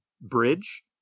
bridge